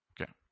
Okay